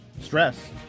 stress